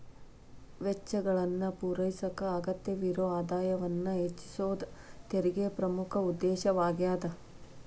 ವೆಚ್ಚಗಳನ್ನ ಪೂರೈಸಕ ಅಗತ್ಯವಿರೊ ಆದಾಯವನ್ನ ಹೆಚ್ಚಿಸೋದ ತೆರಿಗೆ ಪ್ರಮುಖ ಉದ್ದೇಶವಾಗ್ಯಾದ